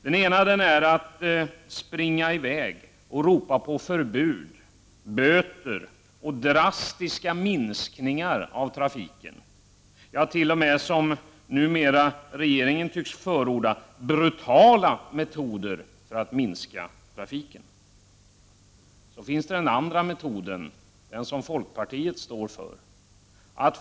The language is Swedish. Den ena är att springa i väg och ropa på förbud, böter och drastiska minskningar av trafiken, t.o.m. — som regeringen tycks förorda — brutala metoder för att minska trafiken. Så till den andra metoden, den som folkpartiet ställer sig bakom.